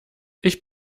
ich